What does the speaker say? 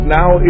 now